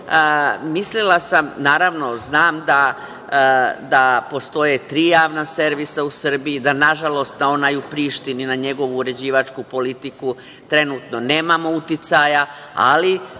kolega primetio. Znam da postoje tri javna servisa u Srbiji, da nažalost na onaj u Prištini, na njegovu uređivačku politiku trenutno nemamo uticaja, ali